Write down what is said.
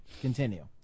Continue